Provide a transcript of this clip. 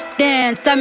dance